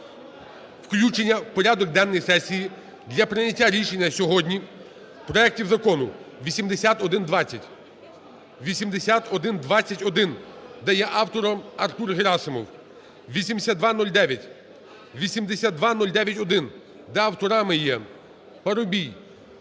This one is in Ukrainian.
включення в порядок денний сесії для прийняття рішення сьогодні проектів законів 8120, 8121, де є автором Артур Герасимов, 8209, 8209-1, де авторами є Парубій,